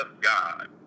God